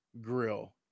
grill